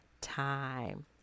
time